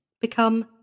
become